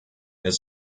his